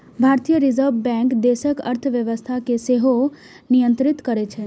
भारतीय reserve bank देशक अर्थव्यवस्था कें सेहो नियंत्रित करै छै